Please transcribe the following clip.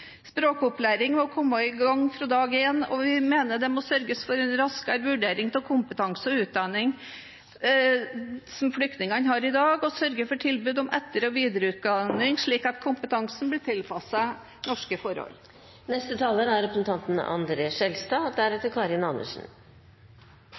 Språkopplæring må komme i gang fra dag én, og vi mener det må sørges for en raskere vurdering av kompetanse og utdanning som flyktningene har i dag, og sørge for tilbud om etter- og videreutdanning, slik at kompetansen blir tilpasset norske forhold. Antallet asylsøkere vi har nå, er